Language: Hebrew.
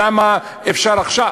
למה אפשר עכשיו?